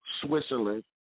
Switzerland